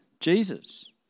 Jesus